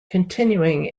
continuing